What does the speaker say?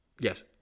yes